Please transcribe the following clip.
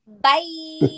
Bye